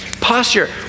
Posture